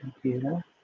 computer